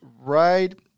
right